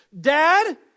Dad